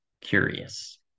curious